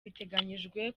biteganyijwe